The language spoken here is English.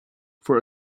for